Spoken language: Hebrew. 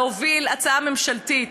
להוביל הצעה ממשלתית.